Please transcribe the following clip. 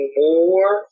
more